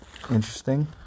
interesting